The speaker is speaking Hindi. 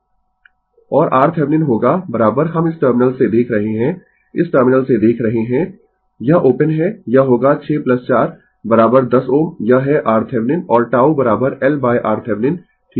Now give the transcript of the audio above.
Refer Slide Time 2455 और RThevenin होगा हम इस टर्मिनल से देख रहे है इस टर्मिनल से देख रहे है यह ओपन है यह होगा 6 4 10 Ω यह है RThevenin और τ L RThevenin ठीक है